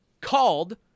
called